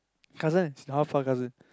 cousin cousin